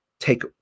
Take